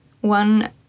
one